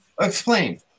Explain